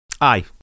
Aye